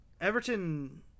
Everton